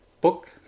Book